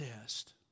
test